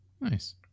Nice